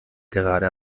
gerade